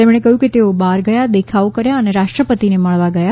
તેમણે કહ્યું કે તેઓ બહાર ગયા દેખાવો કર્યા અને રાષ્ટ્રપતિને મળવા ગયા